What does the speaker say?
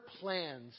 plans